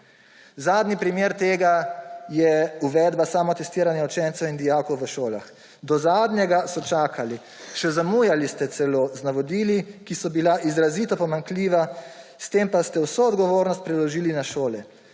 Zadnji primer tega je uvedba samotestiranja učencev in dijakov v šolah. Do zadnjega so čakali, še celo zamujali ste z navodili, ki so bila izrazito pomanjkljiva, s tem pa ste vso odgovornost preložili na šole.